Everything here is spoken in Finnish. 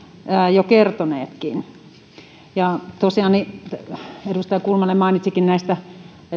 jo kertoneetkin tosiaan edustaja kulmala jo mainitsikin näistä